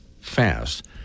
fast